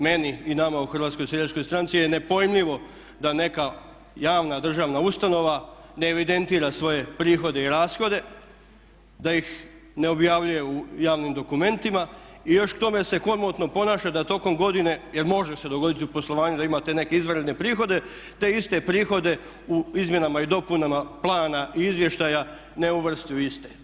Meni i nama u Hrvatskoj seljačkoj stranci je nepojmljivo da neka javna državna ustanova ne evidentira svoje prihode i rashode, da ih ne objavljuje u javnim dokumentima i još k tome se komotno ponaša da tokom godine, jer može se dogoditi u poslovanju da imate neke izvanredne prihode, te iste prihode u izmjenama i dopunama plana i izvještaja ne uvrsti u iste.